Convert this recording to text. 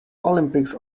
olympics